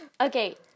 Okay